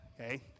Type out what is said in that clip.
okay